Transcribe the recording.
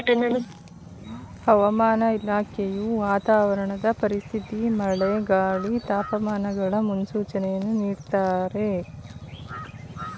ಹವಾಮಾನ ಇಲಾಖೆಯು ವಾತಾವರಣದ ಪರಿಸ್ಥಿತಿ ಮಳೆ, ಗಾಳಿ, ತಾಪಮಾನಗಳ ಮುನ್ಸೂಚನೆಯನ್ನು ನೀಡ್ದತರೆ